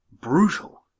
brutal